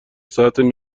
ساعتای